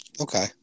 Okay